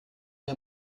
wir